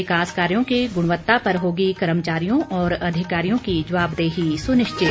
यिकास कार्यो की गृणयत्ता पर होगी कर्मचारियों और अधिकारियों की जवाबदेही सुनिश्चित